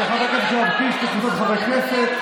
של חבר הכנסת יואב קיש וקבוצת חברי הכנסת.